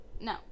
No